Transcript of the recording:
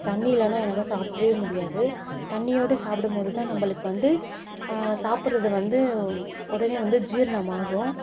தண்ணி இல்லைனா என்னால் சாப்பிடவே முடியாது தண்ணியோடு சாப்பிடும் போது தான் நம்மளுக்கு வந்து சாப்பிறது வந்து உடனே வந்து ஜீரணம் ஆகும்